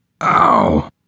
Ow